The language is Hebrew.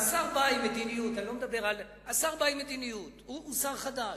השר בא עם מדיניות, הוא שר חדש,